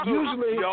usually